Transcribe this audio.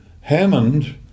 Hammond